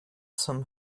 some